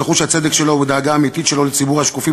בחוש הצדק שלו ובדאגה האמיתית שלו לציבור השקופים,